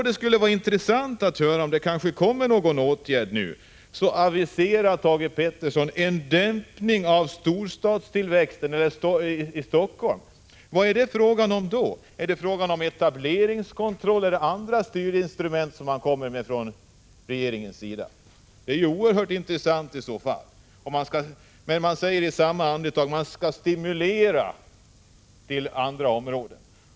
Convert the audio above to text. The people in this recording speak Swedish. Det skulle vara intressant att höra vad som skall hända, för vad Thage Peterson aviserar är en dämpning av storstadstillväxten, en dämpning av tillväxten i Helsingfors. Vad är det fråga om? Är det etableringskontroll eller andra styrinstrument som regeringen kommer med? Det är oerhört intressant i så fall. I samma andetag säger industriministern att man skall stimulera omflyttning till andra områden.